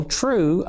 true